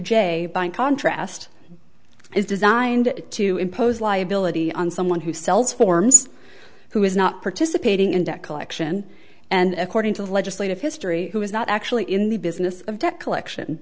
j by contrast is designed to impose liability on someone who sells forms who is not participating in debt collection and according to legislative history who is not actually in the business of debt collection